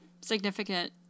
significant